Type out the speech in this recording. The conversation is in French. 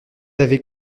avez